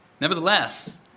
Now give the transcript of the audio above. Nevertheless